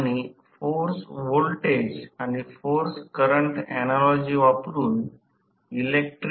तर याच्या डाव्या बाजूला तर या सर्किट च्या डाव्या बाजूस आपल्याला दिसेल म्हणूनच या च्या डाव्या बाजूला बाण चिन्हांकित केले आहे